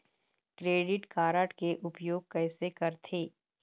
Credit card के उपयोग कैसे करथे?